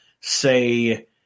say –